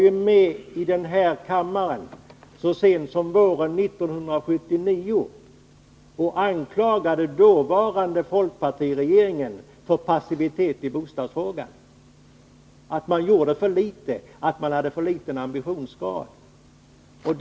Kjell Mattsson var med här i kammaren så sent som våren 1979 och anklagade dåvarande folkpartiregeringen för passivitet i bostadsfrågan, att den gjorde för litet, att ambitionsgraden var för låg.